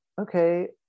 okay